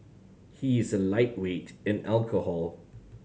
he is a lightweight in alcohol